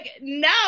no